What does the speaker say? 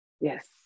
Yes